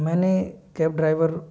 मैंने cab driver